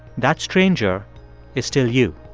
that stranger is still you.